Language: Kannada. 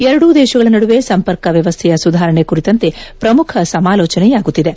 ಎರಡೂ ದೇಶಗಳ ನಡುವೆ ಸಂಪರ್ಕ ವ್ಯವಸ್ಥೆಯ ಸುಧಾರಣೆ ಕುರಿತಂತೆ ಪ್ರಮುಖ ಸಮಾಲೋಚನೆಯಾಗುತ್ತಿದೆ